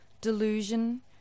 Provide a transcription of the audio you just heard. delusion